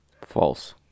False